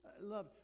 Love